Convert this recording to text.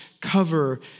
cover